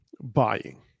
buying